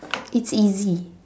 it's easy